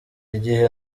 igihe